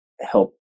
help